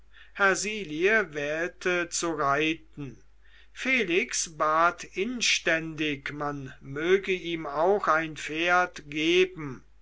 fahren hersilie erwählte zu reiten felix bat inständig man möge ihm auch ein pferd geben